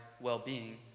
well-being